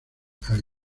había